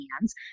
hands